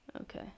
Okay